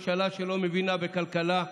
ממשלה שלא מבינה בכלכלה.